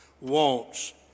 wants